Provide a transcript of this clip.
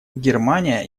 германия